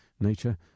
nature